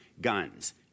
guns